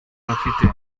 bafite